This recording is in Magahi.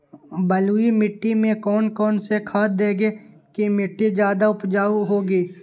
बलुई मिट्टी में कौन कौन से खाद देगें की मिट्टी ज्यादा उपजाऊ होगी?